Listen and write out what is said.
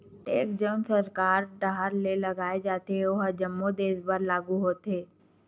tax जउन सरकार डाहर ले लगाय जाथे ओहा जम्मो देस बर लागू होथे